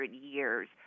years